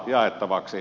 kysyn